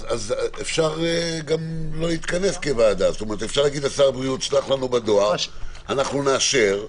אפשר לומר לשר הבריאות: שלח לנו בדואר, נאשר,